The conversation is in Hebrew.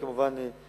אני כמובן מציע,